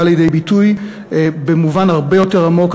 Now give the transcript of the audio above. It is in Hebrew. והוא בא לידי ביטוי במובן הרבה יותר עמוק,